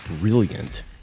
brilliant